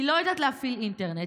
היא לא יודעת להפעיל אינטרנט.